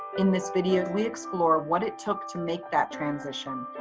in this video we explore what it took to make that transition,